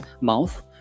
mouth